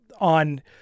on